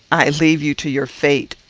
i leave you to your fate.